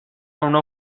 una